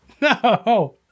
No